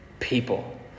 People